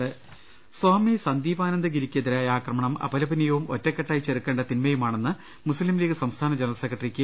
രുട്ട്ട്ട്ട്ട്ട്ട്ട്ട സ്വാമി സന്ദീപാനന്ദഗിരിക്ക് എതിരായ ആക്രമണം അപലപനീയവും ഒറ്റ ക്കെട്ടായി ചെറുക്കേണ്ട തിന്മയുമാണെന്ന് മുസ്ലിംലീഗ് സംസ്ഥാന ജനറൽ സെക്രട്ടറി കെ